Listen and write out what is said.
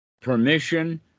permission